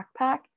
backpack